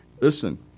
Listen